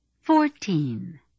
Fourteen